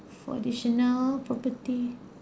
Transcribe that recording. for additional property